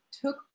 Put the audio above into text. took